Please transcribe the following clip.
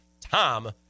Tom